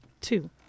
two